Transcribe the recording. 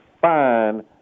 fine